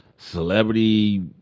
Celebrity